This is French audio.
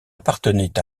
appartenait